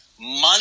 money